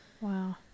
Wow